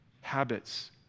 habits